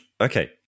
okay